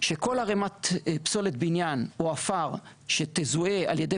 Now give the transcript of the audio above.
שכל ערמת פסולת בניין או עפר שתזוהה על ידי